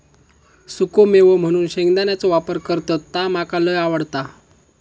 सुखो मेवो म्हणून शेंगदाण्याचो वापर करतत ता मका लय आवडता